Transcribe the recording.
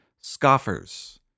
scoffers